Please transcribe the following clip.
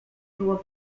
było